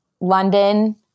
London